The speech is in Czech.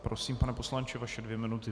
Prosím, pane poslanče, vaše dvě minuty.